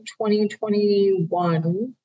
2021